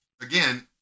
again